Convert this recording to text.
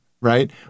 Right